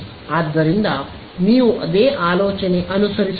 ಆದ್ದರಿಂದ ನೀವು ಅದೇ ಆಲೋಚನೆ ಅನುಸರಿಸುತ್ತೀರಿ